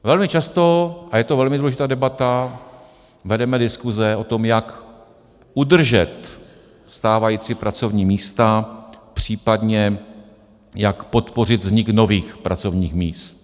Velmi často a je to velmi důležitá debata vedeme diskuse o tom, jak udržet stávající pracovní míst, případně jak podpořit vznik nových pracovních míst.